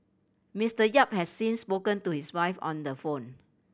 Mister Yap has since spoken to his wife on the phone